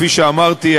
כפי שאמרתי,